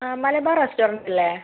ആ മലബാർ റെസ്റ്റോറൻ്റല്ലേ